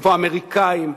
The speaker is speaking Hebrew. איפה האמריקנים,